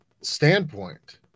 standpoint